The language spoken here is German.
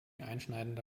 einschneidende